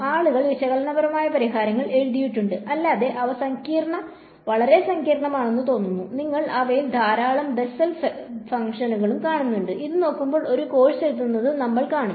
ആളുകൾ വിശകലനപരമായ പരിഹാരങ്ങൾ എഴുതിയിട്ടുണ്ട് അല്ലാതെ അവ വളരെ സങ്കീർണ്ണമാണെന്ന് തോന്നുന്നു നിങ്ങൾ അവയിൽ ധാരാളം ബെസ്സൽ ഫംഗ്ഷനുകളും കാണുന്നുണ്ട് ഇതു നോക്കുമ്പോൾ ഈ കോഴ്സ് എഴുതുന്നത് നമ്മൾ കാണും